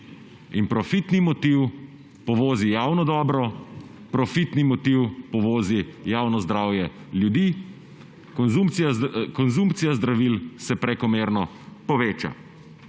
Profitni motiv povozi javno dobro, profitni motiv povozi javno zdravje ljudi, konsumpcija zdravil se prekomerno poveča.